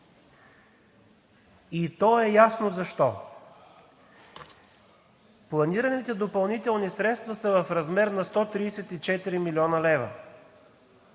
И е ясно защо: планираните допълнителни средства са в размер на 134 млн. лв.,